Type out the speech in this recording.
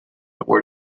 award